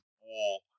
war